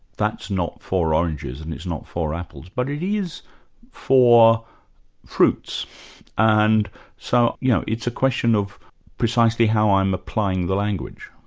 that's not four oranges and it's not four apples, but it is four fruits and so you know it's a question of precisely how i'm applying the language.